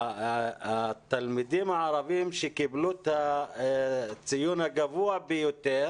התלמידים הערבים שקיבלו את הציון הגבוה ביותר